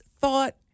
Thought